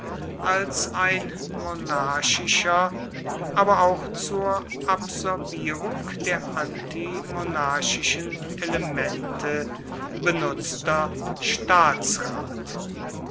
als ein monarchischer aber auch zur absorbierung der antimonarchischen elemente benutzter staatsrat